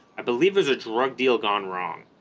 i believe there's a drug deal gone wrong